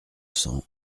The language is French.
cents